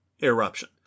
eruption